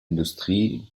industrie